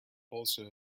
also